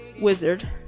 wizard